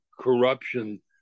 corruption